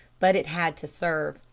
but it had to serve.